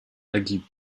ergibt